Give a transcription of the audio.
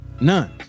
none